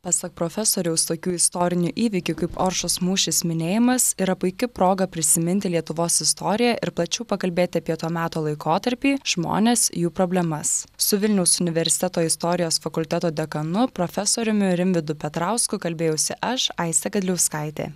pasak profesoriaus tokių istorinių įvykių kaip oršos mūšis minėjimas yra puiki proga prisiminti lietuvos istoriją ir plačiau pakalbėti apie to meto laikotarpį žmones jų problemas su vilniaus universiteto istorijos fakulteto dekanu profesoriumi rimvydu petrausku kalbėjausi aš aistė gadliauskaitė